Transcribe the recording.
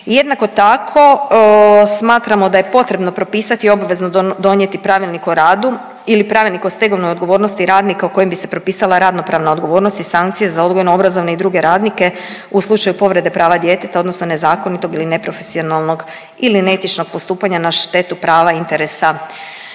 jednako tako smatramo da je potrebno propisati i obvezno donijeti Pravilnik o radu ili Pravilnik o stegovnoj odgovornosti radnika u kojem bi se propisala radno-pravna odgovornost i sankcije za odgojno-obrazovne i druge radnike u slučaju povrede prava djeteta, odnosno nezakonitog ili neprofesionalnog ili neetičnog postupanja na štetu prava interesa